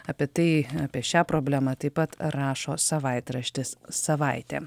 apie tai apie šią problemą taip pat rašo savaitraštis savaitė